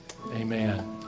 Amen